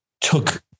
took